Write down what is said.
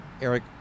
Eric